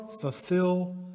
fulfill